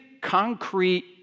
concrete